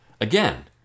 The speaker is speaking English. Again